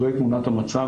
זוהי תמונת המצב.